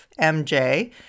MJ